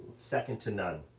second to none,